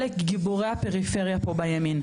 אלק גיבורי הפריפריה פה בימין,